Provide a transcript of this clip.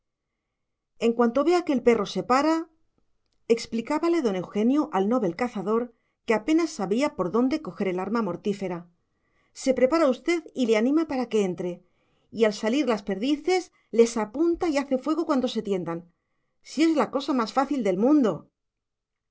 en cuanto vea que el perro se para explicábale don eugenio al novel cazador que apenas sabía por dónde coger el arma mortífera se prepara usted y le anima para que entre y al salir las perdices les apunta y hace fuego cuando se tiendan si es la cosa más fácil del mundo